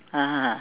(uh huh)